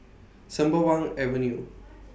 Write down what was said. Sembawang Avenue